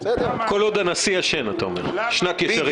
למה --- אתה אומר: כל עוד הנשיא ישן שנת ישרים.